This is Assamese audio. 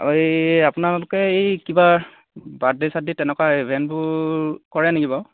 এই আপোনালোকে এই কিবা বাৰ্থডে চাৰ্থডে তেনেকুৱা ইভেণ্টবোৰ কৰে নেকি বাৰু